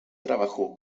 trabajó